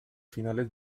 finales